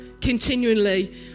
continually